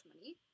money